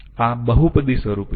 આ બહુપદી સ્વરૂપ છે